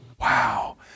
Wow